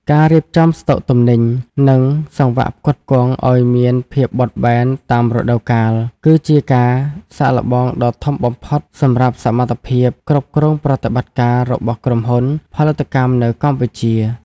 ការរៀបចំស្តុកទំនិញ និងសង្វាក់ផ្គត់ផ្គង់ឱ្យមានភាពបត់បែនតាមរដូវកាល គឺជាការសាកល្បងដ៏ធំបំផុតសម្រាប់សមត្ថភាពគ្រប់គ្រងប្រតិបត្តិការរបស់ក្រុមហ៊ុនផលិតកម្មនៅកម្ពុជា។